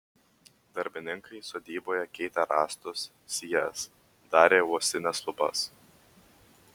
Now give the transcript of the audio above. darbininkai sodyboje keitė rąstus sijas darė uosines lubas